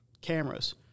cameras